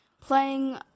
playing